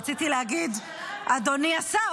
רציתי להגיד "אדוני השר",